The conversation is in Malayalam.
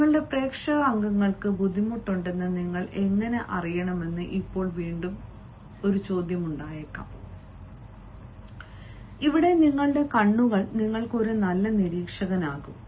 നിങ്ങളുടെ പ്രേക്ഷക അംഗങ്ങൾക്ക് ബുദ്ധിമുട്ടുണ്ടെന്ന് നിങ്ങൾ എങ്ങനെ അറിയണമെന്ന് ഇപ്പോൾ വീണ്ടും ചോദിക്കാം ഇവിടെ നിങ്ങളുടെ കണ്ണുകൾ നിങ്ങൾക്ക് ഒരു നല്ല നിരീക്ഷകനാകും